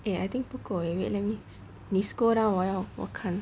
eh I think 不够 eh wait let me 你 scroll down 我要我看